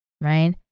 right